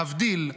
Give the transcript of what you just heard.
להבדיל,